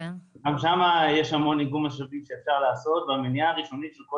גם שם יש המון איגום משאבים שאפשר לעשות והמניעה הראשונית של כל